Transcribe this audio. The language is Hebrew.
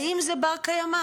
האם זה בר קיימא?